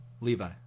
Levi